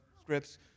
scripts